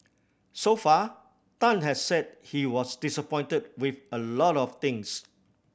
so far Tan has said he was disappointed with a lot of things